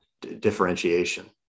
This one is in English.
differentiation